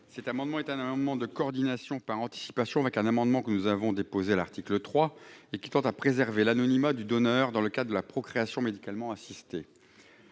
Il s'agit d'un amendement de coordination par anticipation avec un amendement que nous avons déposé à l'article 3, et qui tend à préserver l'anonymat du donneur dans le cadre de la procréation médicalement assistée.